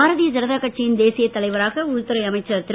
பாரதீய ஜனதா கட்சியின் தேசிய தலைவராக உள்துறை அமைச்சர் திரு